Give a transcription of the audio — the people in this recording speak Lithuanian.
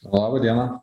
laba diena